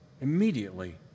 Immediately